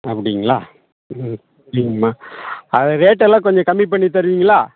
அப்படிங்களா ம் சரிங்கம்மா அது ரேட்டெல்லாம் கொஞ்சம் கம்மி பண்ணித் தருவீங்களா